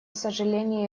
сожаление